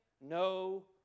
no